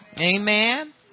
Amen